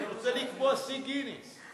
אני רוצה לקבוע שיא גינס.